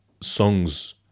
songs